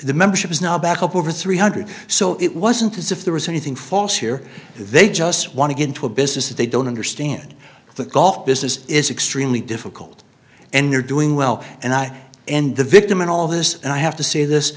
the membership is now back up over three hundred so it wasn't as if there was anything false here they just want to get into a business that they don't understand the golf business is extremely difficult and they're doing well and i and the victim in all this and i have to say this